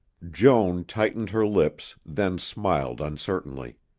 joan tightened her lips, then smiled uncertainly.